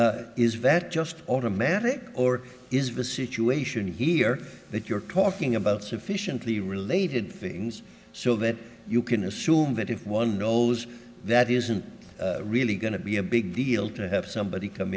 but is that just automatic or is visit you ation here that you're talking about sufficiently related things so that you can assume that if one knows that isn't really going to be a big deal to have somebody come